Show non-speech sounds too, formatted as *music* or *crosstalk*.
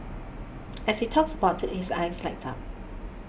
*noise* as he talks about it his eyes light up